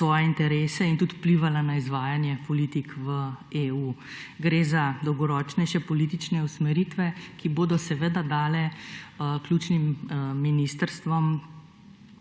svoje interese in tudi vplivala na izvajanje politik v EU. Gre za dolgoročnejše politične usmeritve, ki bodo dale ključnim ministrstvom